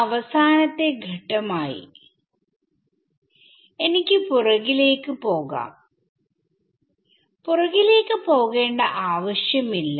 ഇനി അവസാനത്തെ ഘട്ടം ആയിഎനിക്ക് പുറകിലേക്ക് പോകാം പുറകിലേക്ക് പോകേണ്ട ആവശ്യം ഇല്ല